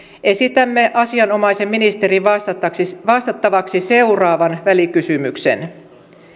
esitämme asianomaisen ministerin vastattavaksi seuraavan välikysymyksen